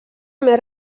més